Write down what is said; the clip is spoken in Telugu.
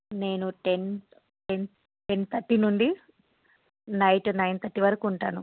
నేను టెన్ టెన్ టెన్ థర్టీ నుండి నైట్ నైన్ థర్టీ వరకుంటాను